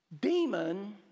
Demon